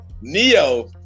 Neo